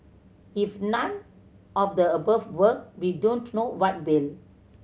if none of the above work we don't know what will